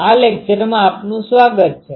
આ લેક્ચરમાં આપનું સ્વાગત છે